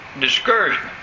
discouragement